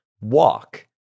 walk